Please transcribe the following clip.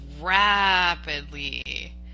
rapidly